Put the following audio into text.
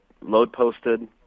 load-posted